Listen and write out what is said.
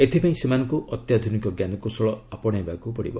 ଏଥିପାଇଁ ସେମାନଙ୍କୁ ଅତ୍ୟାଧୁନିକ ଞ୍ଜାନକୌଶଳ ଆପଶେଇବାକୁ ହେବ